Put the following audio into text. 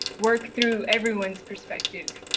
work through everyone's perspective.